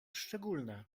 szczególne